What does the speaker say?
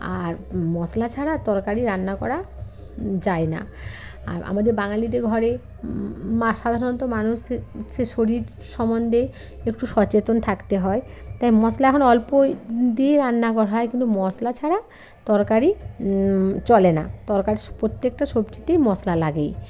আর মশলা ছাড়া তরকারি রান্না করা যায় না আর আমাদের বাঙালিদের ঘরে মা সাধারণত মানুষের হচ্ছে শরীর সমন্দে একটু সচেতন থাকতে হয় তাই মশলা এখন অল্পই দিয়ে রান্না করা হয় কিন্তু মশলা ছাড়া তরকারি চলে না তরকার প্রত্যকেটা সবজিতেই মশলা লাগেই